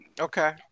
Okay